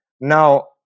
Now